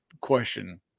question